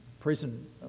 prison